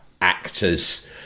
actors